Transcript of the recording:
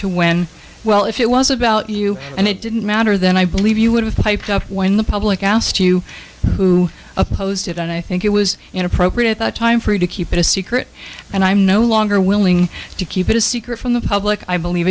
to when well if it was about you and it didn't matter then i believe you would have piped up when the public asked you who opposed it and i think it was an appropriate time for you to keep it a secret and i'm no longer willing to keep it a secret from the public i believe